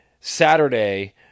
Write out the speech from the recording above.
Saturday